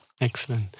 Excellent